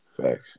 Facts